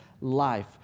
life